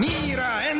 mira